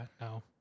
no